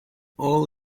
all